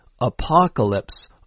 Apocalypse